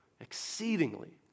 exceedingly